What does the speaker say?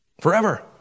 Forever